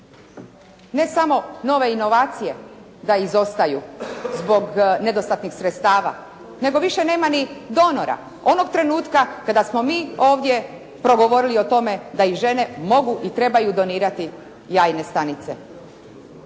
Ne samo nove inovacije da izostaju zbog nedostatnih sredstava, nego više nema ni donora. Onog trenutka kada smo mi ovdje progovorili o tome da i žene mogu i trebaju donirati jajne stanice.